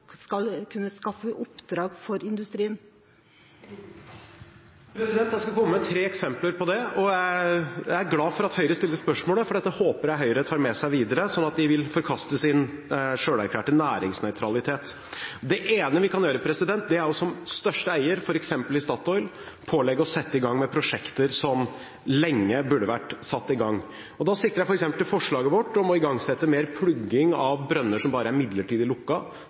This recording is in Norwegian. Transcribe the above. kunne skaffe oppdrag for industrien? Jeg skal komme med tre eksempler på det. Jeg er glad for at Høyre stiller spørsmålet, for dette håper jeg at Høyre tar med seg videre, sånn at de vil forkaste sin selverklærte næringsnøytralitet. Det ene vi kan gjøre, er at vi som største eier, f.eks. i Statoil, kan pålegge å sette i gang prosjekter som for lenge siden burde vært satt i gang. Da sikter jeg f.eks. til forslaget vårt om å igangsette mer plugging av brønner som bare er midlertidig